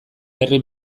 herri